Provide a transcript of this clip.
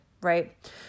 right